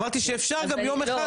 אמרתי שאפשר גם יום אחד בלי.